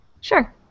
Sure